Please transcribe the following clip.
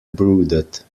brooded